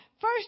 first